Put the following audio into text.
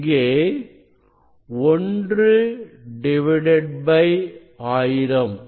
இங்கே 1 1000 ஆகும்